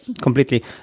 completely